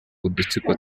udutsiko